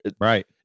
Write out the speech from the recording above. Right